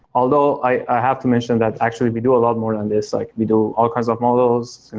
although i have to mention that actually we do a lot more than this. like we do all kinds of models, and